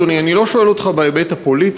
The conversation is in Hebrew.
אדוני: אני לא שואל אותך בהיבט הפוליטי,